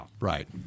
right